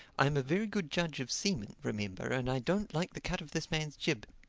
i am a very good judge of seamen, remember, and i don't like the cut of this man's jib.